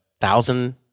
thousand